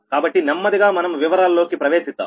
కాబట్టి నెమ్మదిగా మనం వివరాల్లోకి ప్రవేశిద్దాం